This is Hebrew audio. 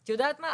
את יודעת מה,